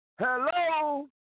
Hello